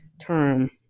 term